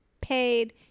paid